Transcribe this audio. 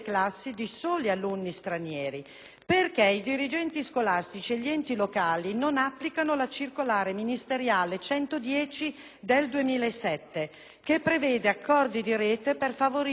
perché i dirigenti scolastici e gli enti locali non applicano la circolare ministeriale n. 110 del 2007, che prevede accordi di rete per favorire la distribuzione equa